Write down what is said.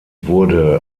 wurde